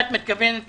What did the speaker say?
את מתכוונת